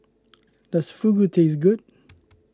does Fugu taste good